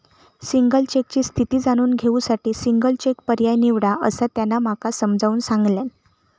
single चेकची स्थिती जाणून घेऊ साठी सिंगल चेक पर्याय निवडा, असा त्यांना माका समजाऊन सांगल्यान